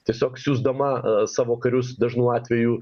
tiesiog siųsdama savo karius dažnu atveju